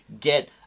get